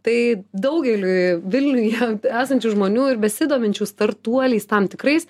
tai daugeliui vilniuje esančių žmonių ir besidominčių startuoliais tam tikrais